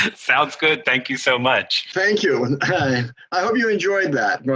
sounds good thank you so much! thank you! and i hope you enjoyed that,